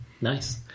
Nice